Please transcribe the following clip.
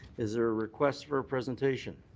is there a request for a presentation?